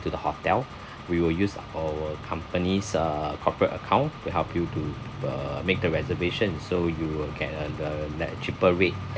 to the hotel we will use our company's uh corporate account to help you to uh make the reservation so you'll get uh the like cheaper rate